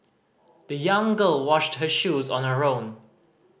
the young girl washed her shoes on the own